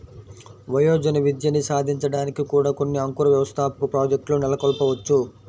వయోజన విద్యని సాధించడానికి కూడా కొన్ని అంకుర వ్యవస్థాపక ప్రాజెక్ట్లు నెలకొల్పవచ్చు